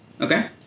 Okay